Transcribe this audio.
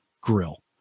grill